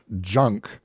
junk